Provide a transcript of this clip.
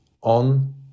on